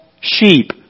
sheep